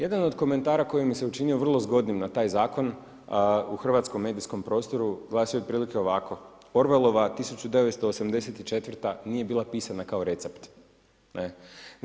Jedan od komentara koji mi se učinio vrlo zgodnim na taj Zakon u hrvatskom medijskom prostoru glasi otprilike ovako: Orwellova 1984. nije bila pisana kao recept, ne?